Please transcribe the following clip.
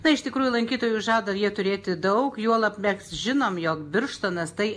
tai iš tikrųjų lankytojų žada jie turėti daug juolab mes žinom jog birštonas tai